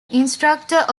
instructor